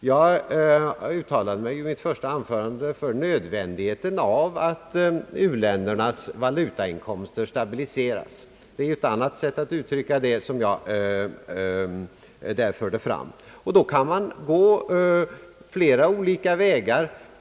Jag uttalade mig i mitt första anförande för nödvändigheten av att u-ländernas valutainkomster stabiliseras. Det är ett annat sätt att uttrycka vad jag förde fram. För att åstadkomma en sådan stabilisering kan man gå flera olika vägar.